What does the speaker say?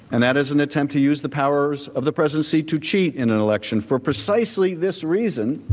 and that is an attempt to use the powers of the presidency to cheat in an election for precisely this reason.